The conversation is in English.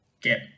get